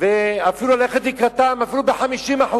ואפילו ללכת לקראתם, אפילו ב-50%.